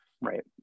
Right